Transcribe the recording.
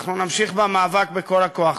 אנחנו נמשיך במאבק בכל הכוח.